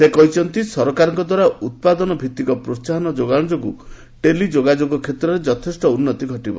ସେ କହିଛନ୍ତି ସରକାରଙ୍କ ଦ୍ୱାରା ଉତ୍ପାଦନ ଭିତ୍ତିକ ପ୍ରୋହାହନ ଯୋଗାଣ ଯୋଗୁଁ ଟେଲି ଯୋଗାଯୋଗ କ୍ଷେତ୍ରର ଯଥେଷ୍ଟ ଉନ୍ନତି ଘଟିବ